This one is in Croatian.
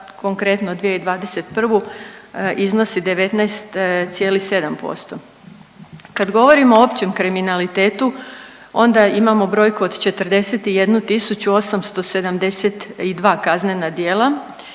konkretno 2021. iznosi 19,7%. Kad govorimo o općem kriminalitetu onda imamo brojku od 41872 kaznena djela.